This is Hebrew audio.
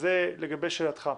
וזה לגבי שאלתך,